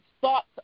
thoughts